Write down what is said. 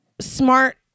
smart